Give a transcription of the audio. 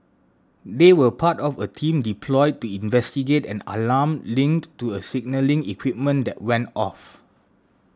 they were part of a team deployed to investigate an alarm linked to a signalling equipment that went off